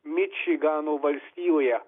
mičigano valstijoje